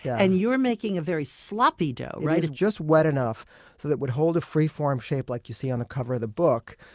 yeah and you're making a very sloppy dough, right? it's just wet enough so that it would hold a free-form shape like you see on the cover of the book,